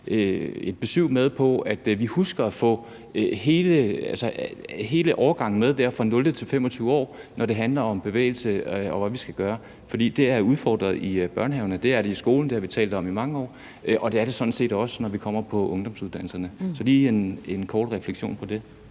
mit besyv med om, at vi husker at få hele årgangen med, fra de går i 0. klasse, til de er 25 år, når det handler om bevægelse og om, hvad vi skal gøre. For det er udfordret i børnehaven, og det er det i skolen – det har vi talt om i mange år – og det er det sådan set også, når de kommer på ungdomsuddannelserne. Så det var lige en kort refleksion over det.